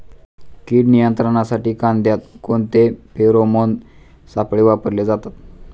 कीड नियंत्रणासाठी कांद्यात कोणते फेरोमोन सापळे वापरले जातात?